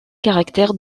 caractère